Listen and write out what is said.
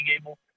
able